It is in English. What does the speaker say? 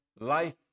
life